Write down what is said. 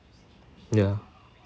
ya